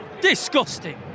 Disgusting